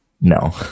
no